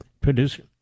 Producer